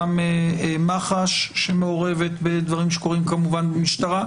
גם לגבי מח"ש שמעורבת בדברים שקורים כמובן במשטרה,